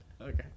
Okay